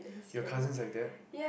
your cousin's like that